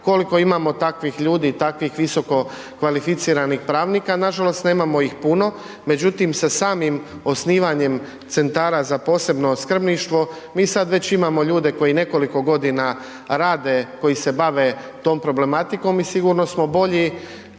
koliko imamo takvih ljudi i takvih visokokvalificiranih pravnika? Nažalost nemamo ih puno, međutim sa samim osnivanjem centara za posebno skrbništvo mi sada već imamo ljude koji nekoliko godina rade koji se bave tom problematikom i sigurno smo bolji